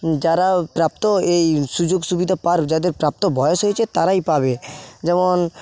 যারা প্রাপ্ত এই সুযোগ সুবিধা পার যাদের প্রাপ্ত বয়স হয়েছে তারাই পাবে যেমন